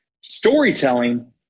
storytelling